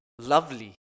lovely